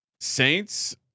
Saints